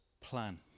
plan